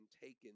taken